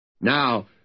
Now